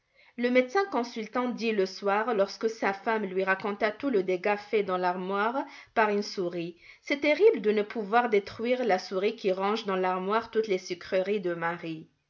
le médecin consultant dit le soir lorsque sa femme lui raconta tout le dégât fait dans l'armoire par une souris c'est terrible de ne pouvoir détruire la souris qui ronge dans l'armoire toutes les sucreries de marie